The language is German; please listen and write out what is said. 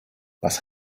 was